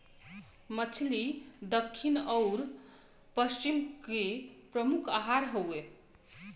मछली दक्खिन आउर पश्चिम के प्रमुख आहार हउवे